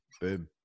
boom